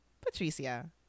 Patricia